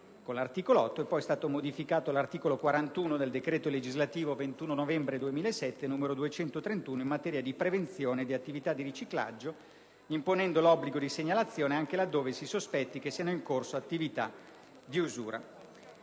Con l'articolo 8 è stato modificato l'articolo 41 del decreto legislativo 21 novembre 2007, n. 231, in materia di prevenzione di attività di riciclaggio, imponendo l'obbligo di segnalazione anche laddove si sospetti che siano in corso attività di usura.